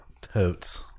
Totes